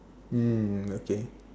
mm okay